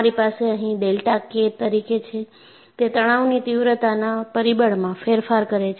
તમારી પાસે અહીં ડેલ્ટા કે તરીકે છે તે તણાવની તીવ્રતાના પરિબળમાં ફેરફાર કરે છે